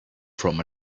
from